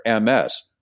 MS